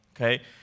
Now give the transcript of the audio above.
okay